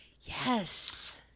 Yes